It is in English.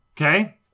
Okay